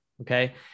okay